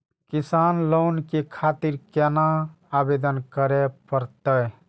किसान लोन के खातिर केना आवेदन करें परतें?